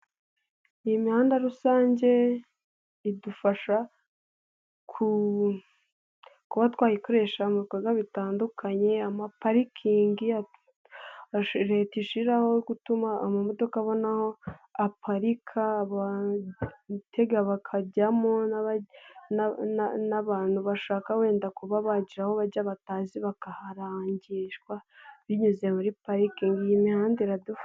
Iyi mihanda rusange, idufasha kuba twayikoresha mu bikorwa bitandukanye, amaparikingi leta ishyiraho, atuma amamodoka abona aho aparika, abatega bakajyamo n'abantu bashaka wenda kuba bagira aho bajya batazi, bakaharangishwa binyuze muri parikingi. Iyi mihanda iradufasha.